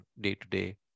day-to-day